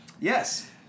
yes